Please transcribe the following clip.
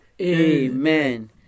Amen